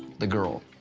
the girl.